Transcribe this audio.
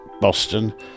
Boston